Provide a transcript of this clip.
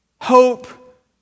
Hope